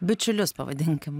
bičiulius pavadinkim